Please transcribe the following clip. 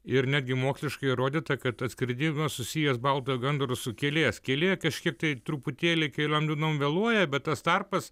ir netgi moksliškai įrodyta kad atskridimas susijęs baltojo gandro su kielės kielė kažkiek tai truputėlį keliom dienom vėluoja bet tas tarpas